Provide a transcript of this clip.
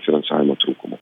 finansavimo trūkumu